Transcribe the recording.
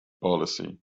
policy